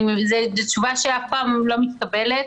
זו תשובה שאף פעם לא מתקבלת.